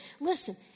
Listen